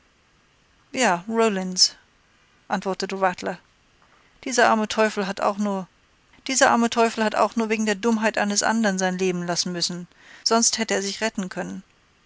ja rollins antwortete rattler dieser arme teufel hat auch nur wegen der dummheit eines andern sein leben lassen müssen sonst hätte er sich retten können